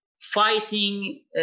fighting